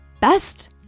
best